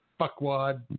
fuckwad